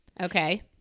Okay